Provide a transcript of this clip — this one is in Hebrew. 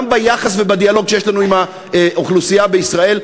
גם ביחס ובדיאלוג שיש לנו עם האוכלוסייה בישראל,